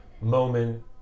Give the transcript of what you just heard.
moment